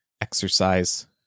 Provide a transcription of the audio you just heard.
exercise